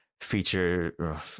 feature